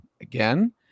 again